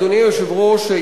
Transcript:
אדוני היושב-ראש,